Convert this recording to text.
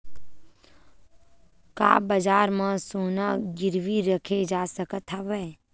का बजार म सोना गिरवी रखे जा सकत हवय?